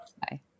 Bye